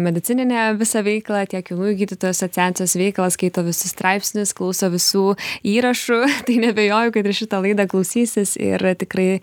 medicininę visą veiklą tiek jaunųjų gydytojų asociacijos veiklą skaito visus straipsnius klauso visų įrašų tai neabejoju kad ir šitą laidą klausysis ir tikrai